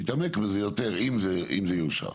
נתעמק בזה יותר אם זה יאושר.